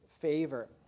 favor